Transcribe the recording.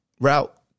route